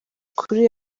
kuri